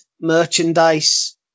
merchandise